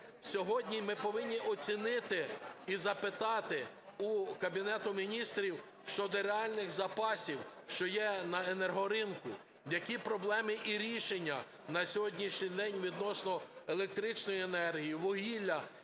Сьогодні ми повинні оцінити і запитати у Кабінету Міністрів щодо реальних запасів, що є на енергоринку, які проблеми і рішення на сьогоднішній день відносно електричної енергії, вугілля